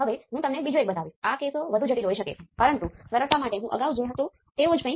તો હવે પહેલા હું એક ખૂબ જ સરળ ઉદાહરણ લઉં